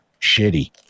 shitty